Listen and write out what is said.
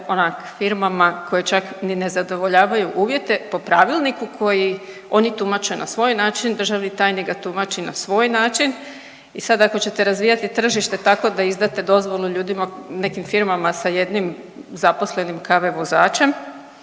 firmama koje čak ni ne zadovoljavaju uvjete po pravilniku koji oni tumače na svoj način, državni tajnik ga tumači na svoj način i sad, ako ćete razvijati tržište tako da izdate dozvolu ljudima, nekim firmama sa jednim zaposlenim KV vozačem